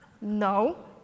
No